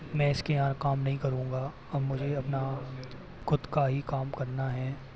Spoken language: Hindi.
मैं इसके यहाँ काम नहीं करूँगा अब मुझे अपना खुद का ही काम करना है